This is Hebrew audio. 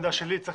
צריך